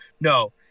No